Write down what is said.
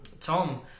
Tom